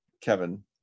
Kevin